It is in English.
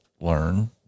learn